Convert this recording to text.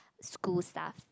school stuff